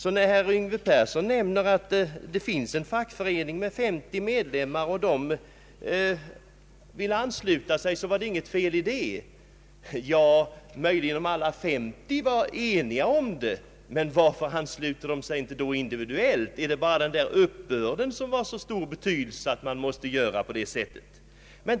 Herr Yngve Persson sade att om det fanns en fackförening med 50 medlemmar och alla ville ansluta sig, så var det inget fel i en anslutning. Nej, möjligen inte om alla 50 var eniga om det. Men varför ansluter de sig då inte individuellt? är det bara uppbörden av medlemsavgifterna som är av så stor betydelse, att man måste göra på det här sättet?